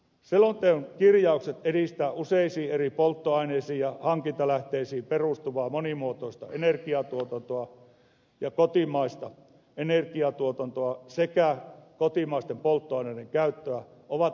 selonteon kirjaukset edistää useisiin eri polttoaineisiin ja hankintalähteisiin perustuvaa monimuotoista energiatuotantoa ja kotimaista energiatuotantoa sekä kotimaisten polttoaineiden käyttöä ovat erittäin tärkeitä